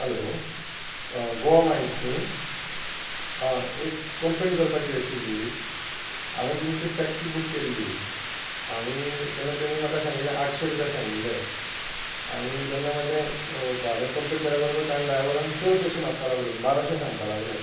hello Goa Miles न्ही एक complain करपाची आशिल्ली हांवे तुमची टॅक्सी बूक केल्ली आनी तेन्ना तांणी म्हाका सांगिल्लें आठशें रूपया सांगिल्ले आनी जेन्ना म्हाजें भाडे कम्पलीट जाल्या बरोबर तांणे ड्रायवरान चड पयशे मागपाक लागलो बाराशें सांगपाक लागलो